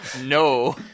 no